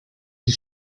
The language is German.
die